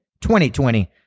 2020